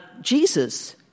Jesus